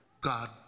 God